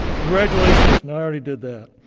congratulations. no. i already did that.